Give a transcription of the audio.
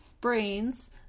brains